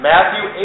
Matthew